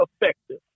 effective